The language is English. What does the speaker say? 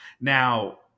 Now